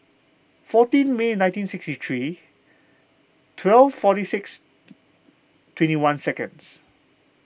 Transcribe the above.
fourteen May nineteen sixty three twelve forty six twenty one second